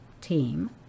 team